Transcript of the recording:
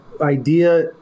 idea